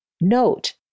Note